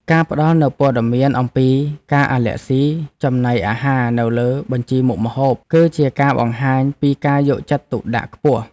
ការផ្តល់នូវព័ត៌មានអំពីការអាឡែស៊ីចំណីអាហារនៅលើបញ្ជីមុខម្ហូប គឺជាការបង្ហាញពីការយកចិត្តទុកដាក់ខ្ពស់។